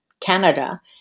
Canada